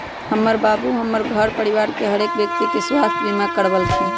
हमर बाबू हमर घर परिवार के हरेक व्यक्ति के स्वास्थ्य बीमा करबलखिन्ह